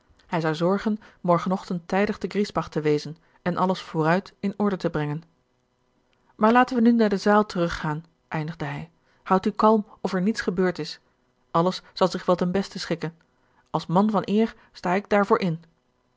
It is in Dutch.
hij zou zorgen morgen ochtend tijdig te griesbach te wezen en alles vooruit in orde te brengen gerard keller het testament van mevrouw de tonnette maar laten wij nu naar de zaal terug gaan eindigde hij houd u kalm of er niets geheurd is alles zal zich wel ten beste schikken als man van eer sta ik daarvoor in